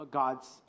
god's